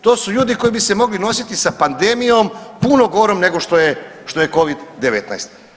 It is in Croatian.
To su ljudi koji bi se mogli nositi sa pandemijom puno gorom nego što je, što je covid-19.